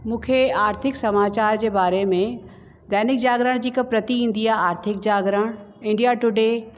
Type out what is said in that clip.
मूंखे आर्थिक समाचार जे बारे में दैनिक जागरण जी हिकु प्रति ईंदी आहे आर्थिक जागरण इंडिया टूडे